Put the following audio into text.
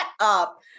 up